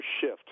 shift